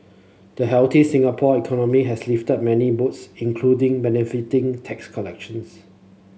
the healthy Singapore economy has lifted many boats including benefiting tax collections